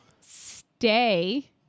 Stay